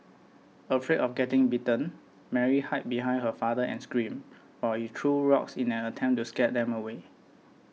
afraid of getting bitten Mary hid behind her father and screamed while he threw rocks in an attempt to scare them away